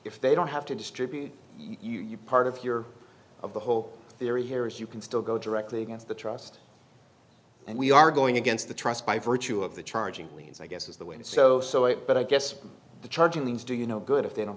if they don't have to distribute you part of your of the whole theory here is you can still go directly against the trust and we are going against the trust by virtue of the charging leads i guess is the way and so so it but i guess the charging means do you no good if they don't